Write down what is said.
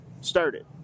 started